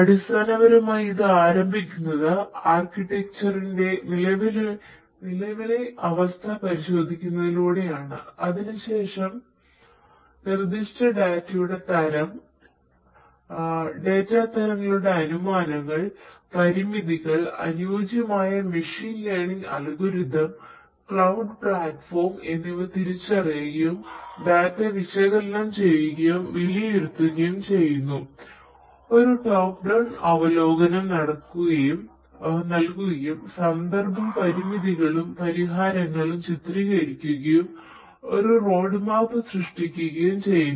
അടിസ്ഥാനപരമായി ഇത് ആരംഭിക്കുന്നത് ആർക്കിറ്റെക്ച്ചറിന്റെ നൽകുകയും സന്ദർഭ പരിമിതികളും പരിഹാരങ്ങളും ചിത്രീകരിക്കുകയും ഒരു റോഡ്മാപ്പ് സൃഷ്ടിക്കുകയും ചെയ്യുന്നു